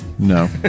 No